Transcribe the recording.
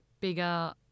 bigger